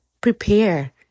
prepare